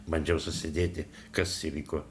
bandžiau susidėti kas įvyko